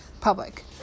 public